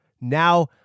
now